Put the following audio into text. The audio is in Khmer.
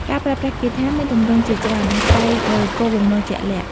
ការប្រើប្រាស់គាថាមានទម្រង់ជាច្រើនអាស្រ័យលើគោលបំណងជាក់លាក់។